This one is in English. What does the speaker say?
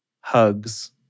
hugs